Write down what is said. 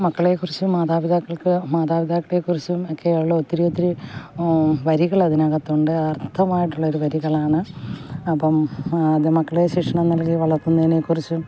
മക്കളെക്കുറിച്ച് മാതാപിതാക്കൾക്ക് മാതാപിതാക്കളെ കുറിച്ചും ഒക്കെയുള്ള ഒത്തിരി ഒത്തിരി വരികൾ അതിനകത്തുണ്ട് അർത്ഥമായിട്ടുള്ളൊരു വരികളാണ് അപ്പം അത് മക്കളെ ശിക്ഷണം നൽകി വളർത്തുന്നതിനെക്കുറിച്ചും